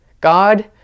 God